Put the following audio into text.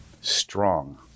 Strong